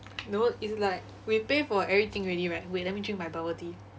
no it's like we pay for everything already right wait let me drink my bubble tea